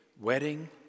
wedding